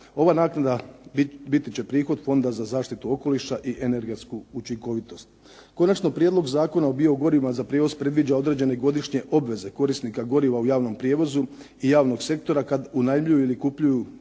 Ova naknada biti će prihod Fonda za zaštitu okoliša i energetsku učinkovitost. Konačno Prijedlog zakona o biogorivima za prijevoz predviđa određene godišnje obveze korisnika goriva u javnom prijevozu i javnog sektora kad unajmljuju ili kupuju